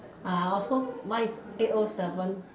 uh I also mine is A O seven